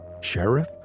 sheriff